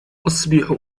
أصبح